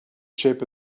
shape